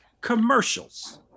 commercials